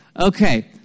Okay